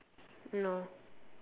no